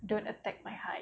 don't attack my height